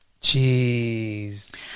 jeez